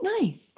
nice